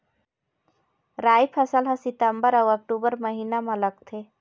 राई फसल हा सितंबर अऊ अक्टूबर महीना मा लगथे